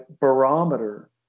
barometer